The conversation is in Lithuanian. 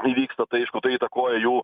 įvyksta tai aišku tai įtakoja jų